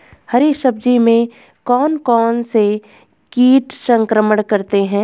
हरी सब्जी में कौन कौन से कीट संक्रमण करते हैं?